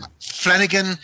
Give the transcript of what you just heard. Flanagan